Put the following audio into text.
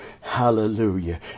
Hallelujah